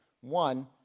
One